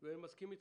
אני מסכים איתך,